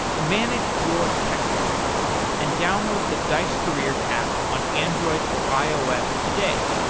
manage your tech career and download the dice careers app on android or ios today.